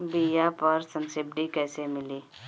बीया पर सब्सिडी कैसे मिली?